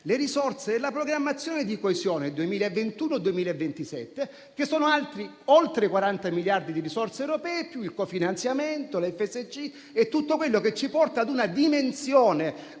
le risorse della programmazione di coesione 2021-2027, che sono oltre 40 miliardi di euro di risorse europee, più il cofinanziamento, l'FSC e tutto quello che ci porta ad una dimensione